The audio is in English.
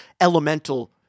elemental